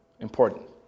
important